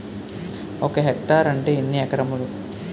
ఒక హెక్టార్ అంటే ఎన్ని ఏకరములు?